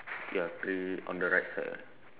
ya three on the right side eh